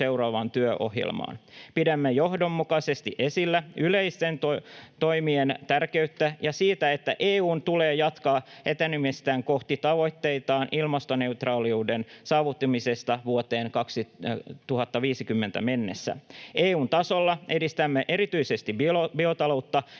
seuraavaan työohjelmaan. Pidämme johdonmukaisesti esillä yhteisten toimien tärkeyttä ja sitä, että EU:n tulee jatkaa etenemistään kohti tavoitettaan ilmastoneutraaliuden saavuttamisesta vuoteen 2050 mennessä. EU:n tasolla edistämme erityisesti biotaloutta,